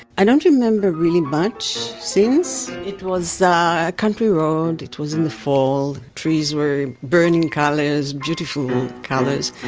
i don't remember really much since. it was ah country road, it was in the fall, trees were burning colors, beautiful colors.